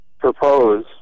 Propose